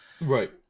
Right